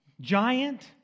giant